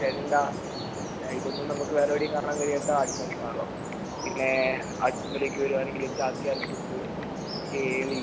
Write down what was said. ചെണ്ട ഇതൊന്നും നമുക്ക് വേറെയെവിടെയും കാണാൻ കഴിയാത്ത ആർട്ട് ഫോംസ് ആണല്ലോ പിന്നെ ആർട്ട് ഫോമിലേക്ക് വരുകയാണെങ്കിൽ ചാക്യാർ കൂത്ത് കേളി